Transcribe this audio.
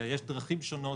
שיש דרכים שונות,